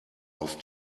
auf